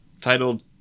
titled